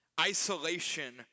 isolation